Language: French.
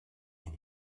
ils